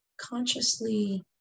consciously